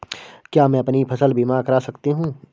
क्या मैं अपनी फसल बीमा करा सकती हूँ?